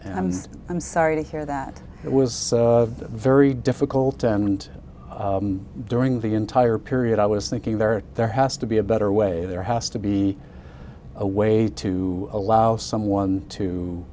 and i'm sorry to hear that it was very difficult and during the entire period i was thinking there are there has to be a better way there has to be a way to allow someone to